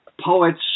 poets